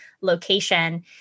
location